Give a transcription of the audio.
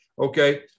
okay